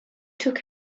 took